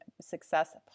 success